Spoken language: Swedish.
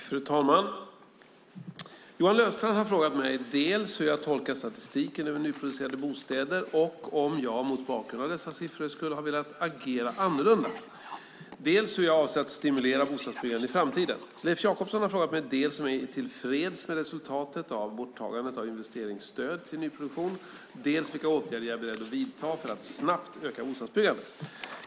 Fru talman! Johan Löfstrand har frågat mig dels hur jag tolkar statistiken över nyproducerade bostäder och om jag mot bakgrund av dessa siffror skulle ha velat agera annorlunda, dels hur jag avser att stimulera bostadsbyggandet i framtiden. Leif Jakobsson har frågat mig dels om jag är tillfreds med resultatet av borttagandet av investeringsstöd till nyproduktion, dels vilka åtgärder jag är beredd att vidta för att snabbt öka bostadsbyggandet.